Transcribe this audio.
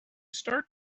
start